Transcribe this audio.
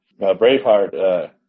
Braveheart –